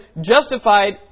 justified